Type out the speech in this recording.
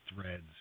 threads